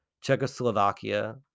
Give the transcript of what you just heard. czechoslovakia